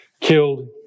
killed